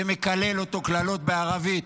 ומקלל אותו קללות בערבית,